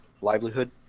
livelihood